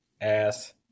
ass